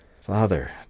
Father